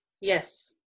Yes